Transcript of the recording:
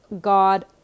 God